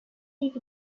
live